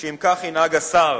שאם כך ינהג השר